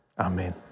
Amen